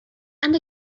and